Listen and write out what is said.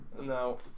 No